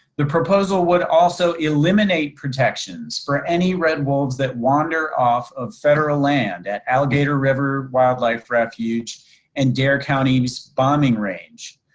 the proposal would also eliminate protections for any red wolves that wander off of federal land at alligator river wildlife refuge in dare counties bombing range.